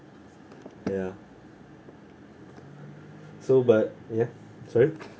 ya so but ya sorry